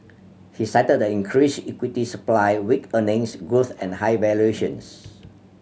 he cited the increased equity supply weak earnings growth and high valuations